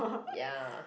ya